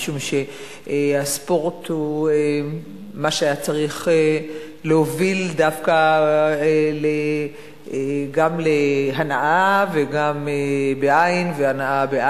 משום שהספורט הוא מה שהיה צריך להוביל דווקא גם להנעה וגם להנאה,